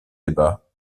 débats